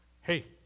Hey